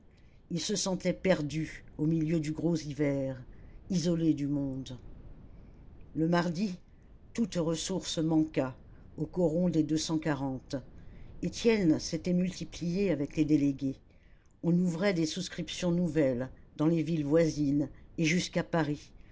ils se sentaient perdus au milieu du gros hiver isolés du monde le mardi toute ressource manqua au coron des deux cent quarante étienne s'était multiplié avec les délégués on ouvrait des souscriptions nouvelles dans les villes voisines et jusqu'à paris